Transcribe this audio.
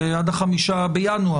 זה עד ה-5 בינואר,